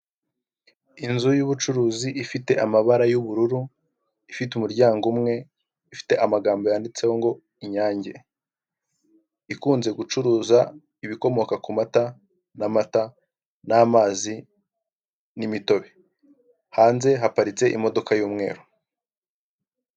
Inzu y'ubucuruzi ifite amabara y'ubururu, ifite umuryango umwe ifite amagambo yanditseho ngo inyange ikunze gucuruza ibikomoka ku mata, n'amata, n'amazi n'imitobe, hanze haparitse imodoka y'umweru.